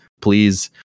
please